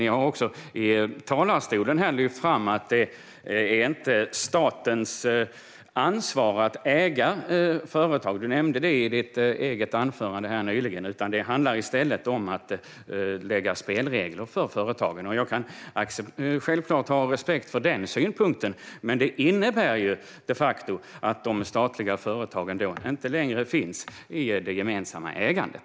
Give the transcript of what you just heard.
Ni har också i talarstolen lyft fram att det inte är statens ansvar att äga företag - du nämnde det i ditt anförande nyligen - utan att det i stället handlar om att lägga fast spelregler för företagen. Jag kan självklart ha respekt för den synpunkten, men det innebär de facto att de statliga företagen då inte längre finns i det gemensamma ägandet.